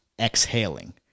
exhaling